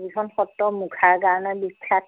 সেইখন সত্ৰ মুখাৰ কাৰণে বিখ্যাত